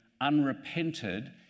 unrepented